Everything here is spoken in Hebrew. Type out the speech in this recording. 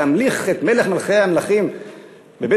להמליך את מלך מלכי המלכים בבית-המקדש